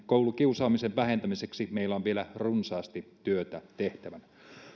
koulukiusaamisen vähentämiseksi meillä on vielä runsaasti työtä tehtävänä